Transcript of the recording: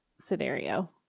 scenario